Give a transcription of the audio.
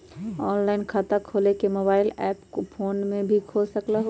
Online खाता खोले के मोबाइल ऐप फोन में भी खोल सकलहु ह?